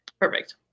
Perfect